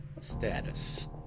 ...status